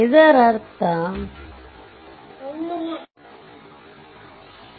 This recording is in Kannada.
ಇದರರ್ಥ ನೋಡ್ 1 ನಲ್ಲಿ KCL ಅನ್ನು ಅನ್ವಯಿಸಿದರೆ 4 6